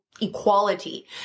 equality